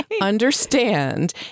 understand